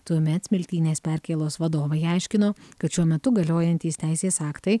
tuomet smiltynės perkėlos vadovai aiškino kad šiuo metu galiojantys teisės aktai